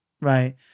right